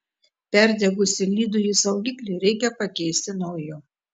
perdegusį lydųjį saugiklį reikia pakeisti nauju